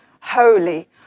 holy